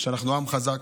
אנחנו עם חזק,